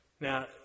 Now